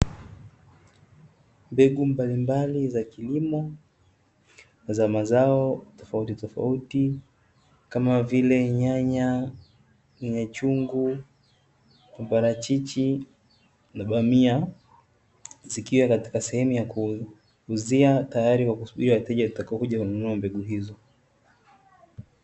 Mbegu mbalimbali za kilimo, za mazao tofauti tofauti kama vile nyanya, nyanya chungu, maparachichi na bamia zikiwa katika sehemu ya kuuzia tayari kwa kusubiria wateja watakaokuja kununua mbegu hizo.